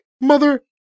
Mother